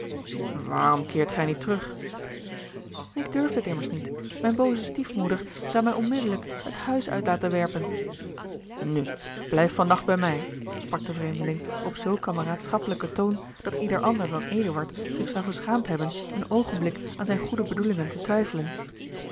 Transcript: waarom keert gij niet terug ik durf dit immers niet mijne booze stiefmoeder zou mij onmiddellijk het huis uit laten werpen nu blijf van nacht bij mij sprak de vreemdeling op zoo kameraadschappelijken toon dat ieder ander dan eduard zich zou geschaamd hebben een oogenblik aan zijne goede bedoelingen te twijfelen